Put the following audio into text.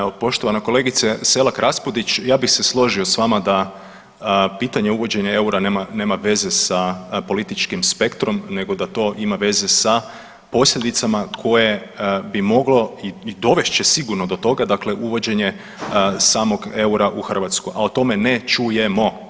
Evo poštovana kolegice Selak Raspudić ja bi se složio s vama da pitanje uvođenja EUR-a nema veze s političkim spektrom nego da to ima veze sa posljedicama koje bi moglo i dovest će sigurno do toga, dakle uvođenje samog EUR-a u Hrvatsku, a o tome ne čujemo.